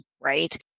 right